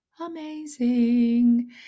amazing